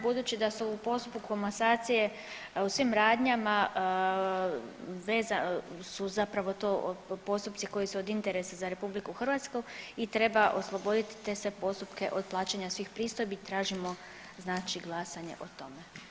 Budući da se u postupku komasacije u svim radnjama su zapravo to postupci koji su od interesa za RH i treba osloboditi te sve postupke od plaćanja svih pristojbi, tražimo glasanje o tome.